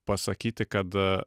pasakyti kad